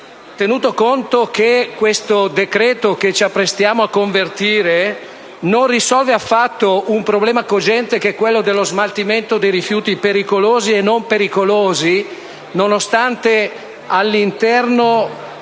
tenuto conto che il decreto-legge che ci apprestiamo a convertire non risolve affatto il problema cogente dello smaltimento dei rifiuti pericolosi e non pericolosi, nonostante all'interno